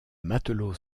matelot